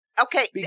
Okay